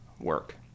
work